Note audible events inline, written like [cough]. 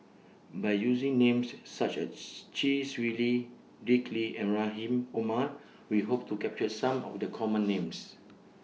By using Names such as [unintelligible] Chee Swee Lee Dick Lee and Rahim Omar We Hope to capture Some of The Common Names